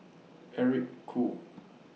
Eric Khoo